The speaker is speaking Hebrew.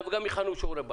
גם עושים קצת שיעורי בית.